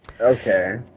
Okay